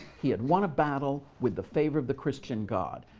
he had won a battle with the favor of the christian god.